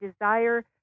desire